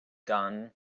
done